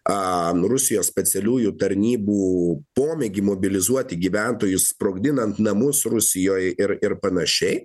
rusijos specialiųjų tarnybų pomėgį mobilizuoti gyventojus sprogdinant namus rusijoje ir ir panašiai